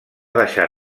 deixar